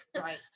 Right